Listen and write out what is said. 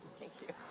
thank you.